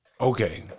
okay